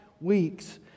weeks